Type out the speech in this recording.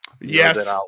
yes